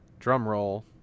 drumroll